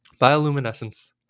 Bioluminescence